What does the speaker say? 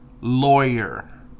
Lawyer